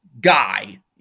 guy